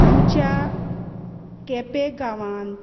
आमच्या केपें गांवांत